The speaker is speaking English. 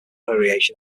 aeration